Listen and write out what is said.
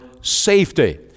safety